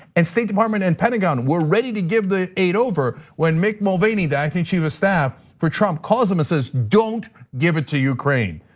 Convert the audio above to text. and state department and pentagon were ready to give the aid over when mick mulvaney, the acting chief of staff for trump, calls them and says, don't give it to ukraine.